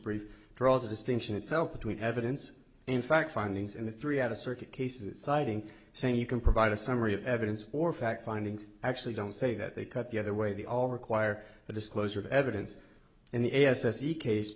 brief draws a distinction itself between evidence and fact findings in the three out of circuit cases citing saying you can provide a summary of evidence or fact findings actually don't say that they cut the other way they all require the disclosure of evidence in the s s e case